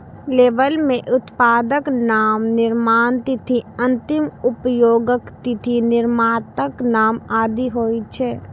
label मे उत्पादक नाम, निर्माण तिथि, अंतिम उपयोगक तिथि, निर्माताक नाम आदि होइ छै